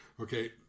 Okay